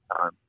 time